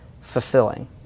fulfilling